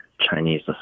Chinese